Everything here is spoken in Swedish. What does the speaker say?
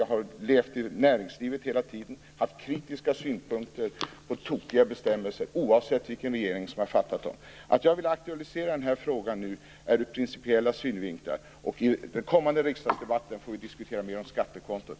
Jag har levt i näringslivet hela tiden, och jag har haft kritiska synpunkter på tokiga bestämmelser oavsett vilken regering som har fattat dem. Jag vill nu aktualisera den här frågan ur principiella synvinklar, och i den kommande riksdagsdebatten får vi diskutera mer om skattekonto.